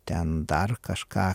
ten dar kažką